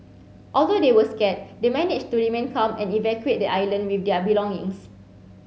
although they were scared they managed to remain calm and evacuate the island with their belongings